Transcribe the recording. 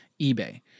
eBay